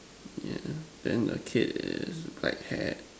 yeah then the kid is pry hat